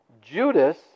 Judas